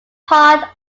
part